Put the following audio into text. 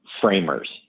framers